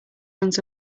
runs